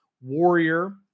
Warrior